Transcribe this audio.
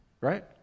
right